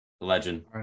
legend